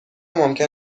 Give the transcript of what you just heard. ممکن